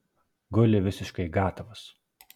guli visiškai gatavas